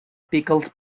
pickled